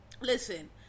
listen